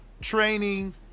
training